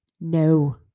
No